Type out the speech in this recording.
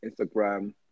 Instagram